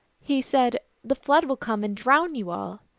he said, the flood will come and drown you all.